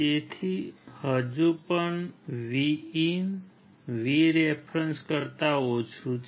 તેથી હજુ પણ VIN VREF કરતા ઓછું છે